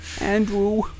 Andrew